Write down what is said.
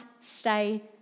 stay